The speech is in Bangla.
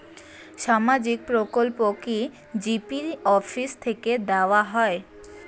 সামাজিক প্রকল্প কি জি.পি অফিস থেকে দেওয়া হয়?